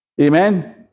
Amen